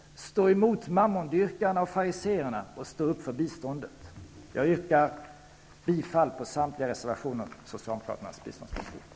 Mammondyrkan och fariséerna och stå upp för biståndet! Jag yrkar bifall till samtliga reservationer och stödjer Socialdemokraternas biståndspolitik.